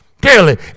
daily